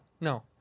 No